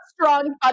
strong